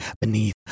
beneath